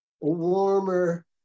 warmer